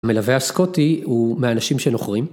מלווה הסקוטי הוא מהאנשים שנוחרים.